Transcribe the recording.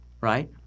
right